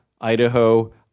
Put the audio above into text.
Idaho